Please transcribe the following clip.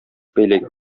бәйләгән